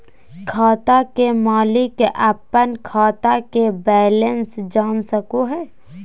खाता के मालिक अपन खाता के बैलेंस जान सको हय